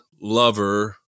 lover